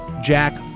Jack